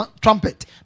trumpet